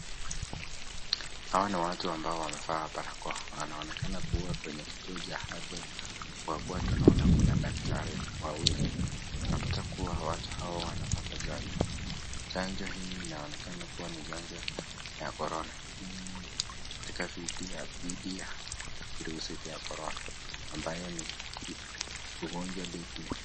Hawa ni watu ambao wamevaa barakoa, wanaonekana kuwa kwenye kituo cha afya, kwa kuwa tunaona kuna daktari wawili. Tunapata kuwa watu hawa wanapata chanjo, chanjo hii inaonekana kuwa ni chanjo ya Corona katika dhidi ya virusi vya corona ambayo ni ugonjwa deadly